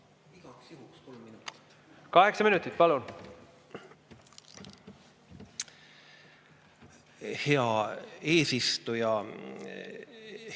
Kaheksa minutit, palun! Hea eesistuja! Head